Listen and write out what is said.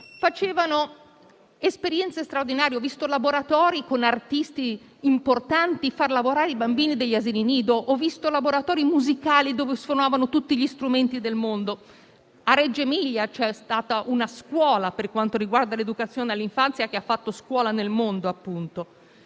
Facevano esperienze straordinarie: ho visto laboratori con artisti importanti far lavorare i bambini degli asili nido, ho visto laboratori musicali dove suonavano tutti gli strumenti del mondo. A Reggio Emilia c'è stata una scuola, per quanto riguarda l'educazione all'infanzia, che ha fatto da esempio nel mondo.